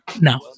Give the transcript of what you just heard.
No